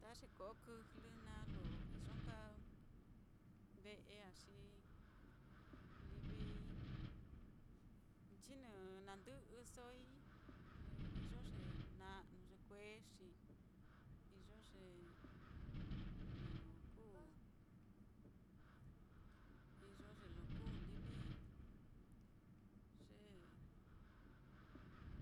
Ta ye ko'o kɨjlɨ naá lo iyo nka ve'e á, xi livi nchinɨ nandɨ'ɨsoi iyo ye na'nu ye kuexi, iyo ye lo kuu, iyo ye lo kuu livi ye